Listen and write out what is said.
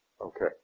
Okay